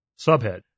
Subhead